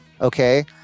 okay